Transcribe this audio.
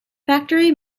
factory